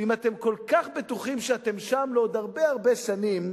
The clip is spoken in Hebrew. ואם אתם כל כך בטוחים שאתם שם לעוד הרבה הרבה שנים,